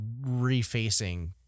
refacing